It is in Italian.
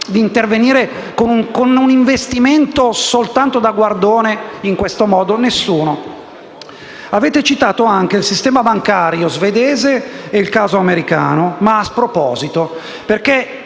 di intervenire con un investimento soltanto da guardone in questo modo? Nessuno. Avete citato il sistema bancario svedese e il caso americano, ma a sproposito perché